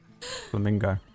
flamingo